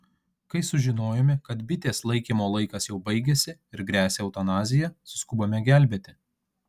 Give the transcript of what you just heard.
kai sužinojome kad bitės laikymo laikas jau baigėsi ir gresia eutanazija suskubome gelbėti